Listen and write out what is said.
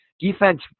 Defense